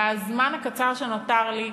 בזמן הקצר שנותר לי,